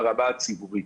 ברמה הציבורית.